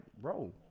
bro